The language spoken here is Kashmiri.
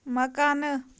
مکانہٕ